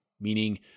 Meaning